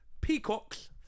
peacocks